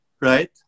right